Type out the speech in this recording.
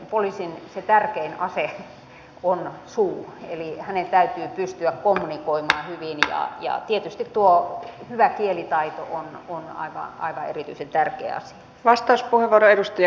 se poliisin tärkein ase on suu eli hänen täytyy pystyä kommunikoimaan hyvin ja tietysti tuo hyvä kielitaito on aivan erityisen tärkeä asia